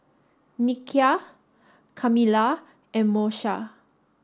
Nikia Kamilah and Moesha